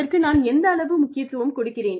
அதற்கு நான் எந்த அளவு முக்கியத்துவம் கொடுக்கிறேன்